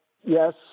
Yes